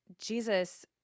jesus